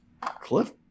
Cliff